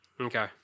Okay